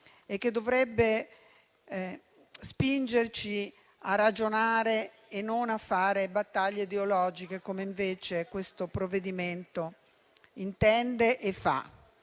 e che dovrebbe spingerci a ragionare e non a fare battaglie ideologiche, come invece questo provvedimento intende fare